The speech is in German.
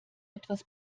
etwas